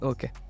Okay